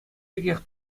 пекех